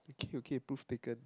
okay okay prove taken